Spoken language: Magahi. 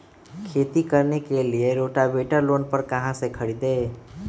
खेती करने के लिए रोटावेटर लोन पर कहाँ से खरीदे?